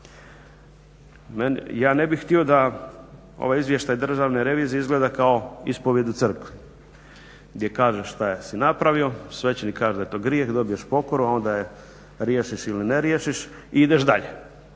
Ja ne bih htio da ovaj Izvještaj Državne revizije izgleda kao ispovijed u crkvi gdje kažeš što si napravio, svećenik kaže da je to grijeh, dobiješ pokoru a onda je riješiš ili ne riješiš i ideš dalje.